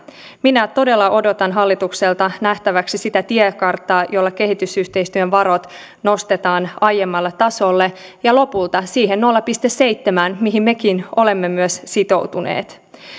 minä todella odotan hallitukselta nähtäväksi sitä tiekarttaa jolla kehitysyhteistyön varat nostetaan aiemmalle tasolle ja lopulta siihen nolla pilkku seitsemään mihin mekin olemme myös sitoutuneet